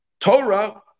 Torah